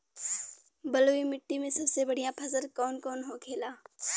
बलुई मिट्टी में सबसे बढ़ियां फसल कौन कौन होखेला?